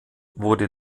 wurde